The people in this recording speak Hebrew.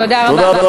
תודה רבה.